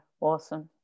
Awesome